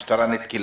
מה לא קשור?